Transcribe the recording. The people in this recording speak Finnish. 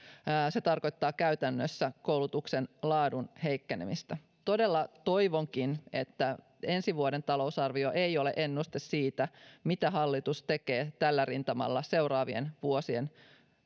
se tarkoittaa käytännössä koulutuksen laadun heikkenemistä todella toivonkin että ensi vuoden talousarvio ei ole ennuste siitä mitä hallitus tekee tällä rintamalla seuraavien vuosien